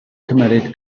cymryd